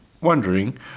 wondering